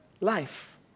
life